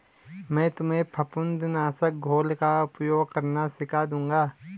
मैं तुम्हें फफूंद नाशक घोल का उपयोग करना सिखा दूंगा